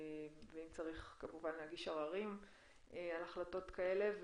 ואם צריך כמובן להגיש עררים על החלטות כאלה.